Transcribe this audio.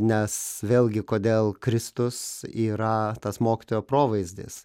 nes vėlgi kodėl kristus yra tas mokytojo provaizdis